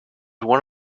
one